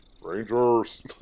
Rangers